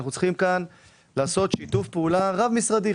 אנחנו צריכים לעשות כאן שיתוף פעולה רב משרדי.